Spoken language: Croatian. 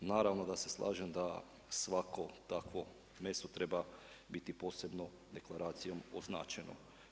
Naravno, da se slažem da svako takvo meso treba biti posebno deklaracijom označeno.